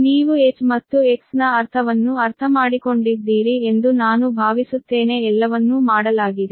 ನೀವು H ಮತ್ತು X ನ ಅರ್ಥವನ್ನು ಅರ್ಥಮಾಡಿಕೊಂಡಿದ್ದೀರಿ ಎಂದು ನಾನು ಭಾವಿಸುತ್ತೇನೆ ಎಲ್ಲವನ್ನೂ ಮಾಡಲಾಗಿದೆ